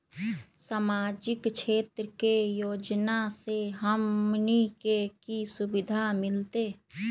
सामाजिक क्षेत्र के योजना से हमनी के की सुविधा मिलतै?